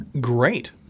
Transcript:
Great